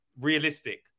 Realistic